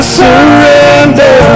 surrender